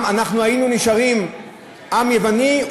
אנחנו היינו נשארים עם יווני,